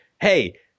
hey